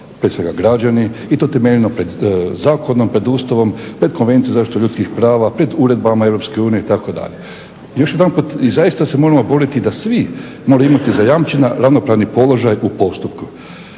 prije svega građani i to temeljeno pred zakonom, pred Ustavom, pred Konvencijom zaštite ljudskih prava, pred uredbama EU, itd. Još jedanput i zaista se moramo boriti da svi moraju imati zajamčen ravnopravni položaj u postupku.